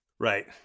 right